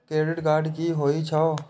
Credit card की होई छै?